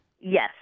Yes